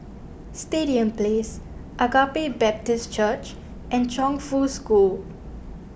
Stadium Place Agape Baptist Church and Chongfu School